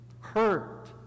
Hurt